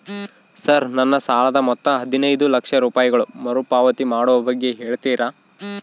Sir ನನ್ನ ಸಾಲದ ಮೊತ್ತ ಹದಿನೈದು ಲಕ್ಷ ರೂಪಾಯಿಗಳು ಮರುಪಾವತಿ ಮಾಡುವ ಬಗ್ಗೆ ಹೇಳ್ತೇರಾ?